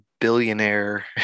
billionaire